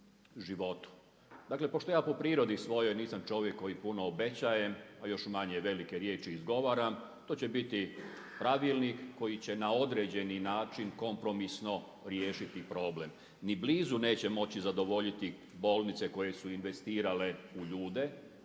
Dakle pošto ja po prirodi svojoj nisam čovjek koji puno obećava a još manje velike riječi izgovaram, to će biti pravilnik koji će na određeni način kompromisno riješiti problem, ni blizu neće moći zadovoljiti bolnice koje su investirale u ljude,